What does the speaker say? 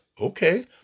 Okay